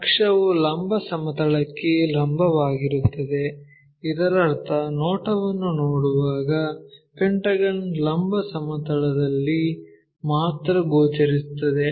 ಅಕ್ಷವು ಲಂಬ ಸಮತಲಕ್ಕೆ ಲಂಬವಾಗಿರುತ್ತದೆ ಇದರರ್ಥ ನೋಟವನ್ನು ನೋಡುವಾಗ ಪೆಂಟಗನ್ ಲಂಬ ಸಮತಲದಲ್ಲಿ ಮಾತ್ರ ಗೋಚರಿಸುತ್ತದೆ